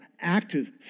active